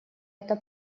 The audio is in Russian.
это